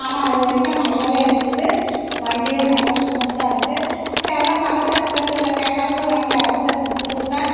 ஆனால் அதுவரைக்கும் நல்லா இருக்குது வண்டியும் நல்லா ஸ்மூத்தா இருக்கு யாருனா பக்கத்தில் அக்கத்தில் கேட்டால் கூட வண்டி அவசரத்துக்கு கொடுப்பேன்